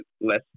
less